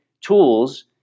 tools